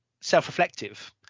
self-reflective